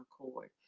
accord